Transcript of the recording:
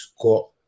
got